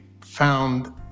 found